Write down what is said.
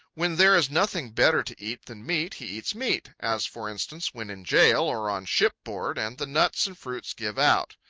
when there is nothing better to eat than meat, he eats meat, as, for instance, when in jail or on shipboard and the nuts and fruits give out.